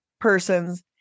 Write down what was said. persons